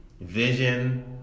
Vision